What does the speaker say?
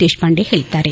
ದೇಶಪಾಂಡೆ ಹೇಳದ್ದಾರೆ